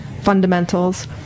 fundamentals